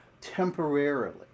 temporarily